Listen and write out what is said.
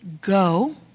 go